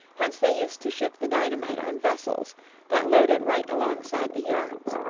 whence they used to ship the dynamite on vessels that loaded right alongside the yards.